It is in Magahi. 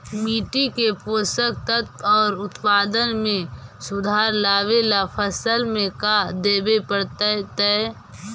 मिट्टी के पोषक तत्त्व और उत्पादन में सुधार लावे ला फसल में का देबे पड़तै तै?